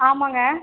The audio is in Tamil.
ஆமாங்க